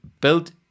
build